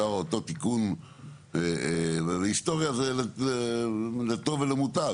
היסטוריה זה לטוב ולמוטב,